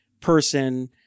person